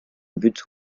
butte